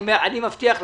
אני מבטיח לך,